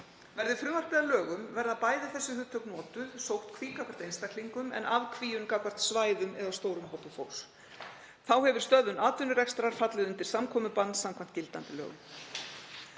Verði frumvarpið að lögum verða bæði þessi hugtök notuð, sóttkví gagnvart einstaklingum, en afkvíun gagnvart svæðum eða stórum hópi fólks. Þá hefur stöðvun atvinnurekstrar fallið undir samkomubann samkvæmt gildandi lögum.